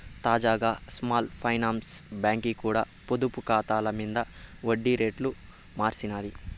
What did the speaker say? తాజాగా small finance బాంకీ కూడా పొదుపు కాతాల మింద ఒడ్డి రేట్లు మార్సినాది